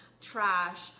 trash